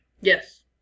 Yes